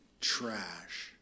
trash